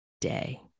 day